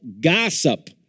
Gossip